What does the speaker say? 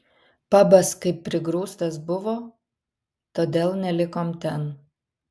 pabas kaip prigrūstas buvo todėl nelikom ten